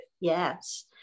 yes